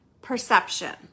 perception